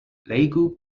legu